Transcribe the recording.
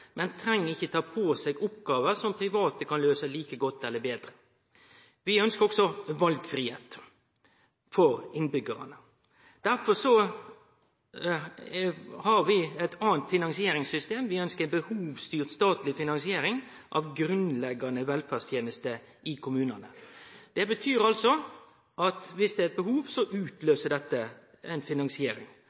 men treng ikkje ta på seg oppgåver som private kan løyse like godt eller betre. Vi ønskjer også valfridom for innbyggjarane. Derfor har vi eit anna finansieringssystem. Vi ønskjer behovsstyrt statleg finansiering av grunnleggjande velferdstenester i kommunane. Det betyr at dersom det er eit behov, så utløyser dette ei finansiering. Det betyr at det spelar inga rolle om ein